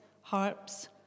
harps